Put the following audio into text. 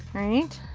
right.